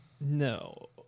No